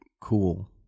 Cool